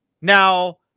Now